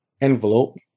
envelope